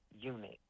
unit